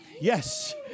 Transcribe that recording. Yes